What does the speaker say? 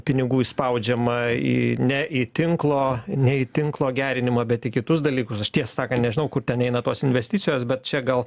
pinigų įspaudžiama į ne į tinklo nei tinklo gerinimą bet į kitus dalykus aš tiesą sakant nežinau kur ten eina tos investicijos bet čia gal